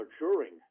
maturing